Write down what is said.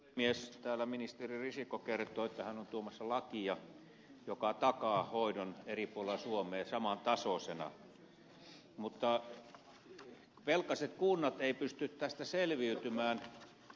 täällä ministeri risikko kertoi että hän on tuomassa lakia joka takaa hoidon eri puolilla suomea samantasoisena mutta velkaiset kunnat eivät pysty tästä selviytymään